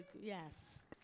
yes